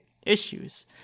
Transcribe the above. issues